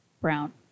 brown